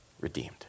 redeemed